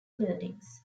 buildings